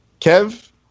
Kev